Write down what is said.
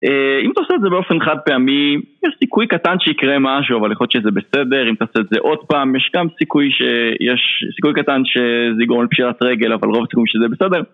אם אתה עושה את זה באופן חד פעמי, יש סיכוי קטן שיקרה משהו, אבל יכול להיות שזה בסדר. אם אתה עושה את זה עוד פעם, יש גם סיכוי שיש, סיכוי קטן שזה יגרום לפשיטת רגל, אבל רוב הסיכוי שזה בסדר.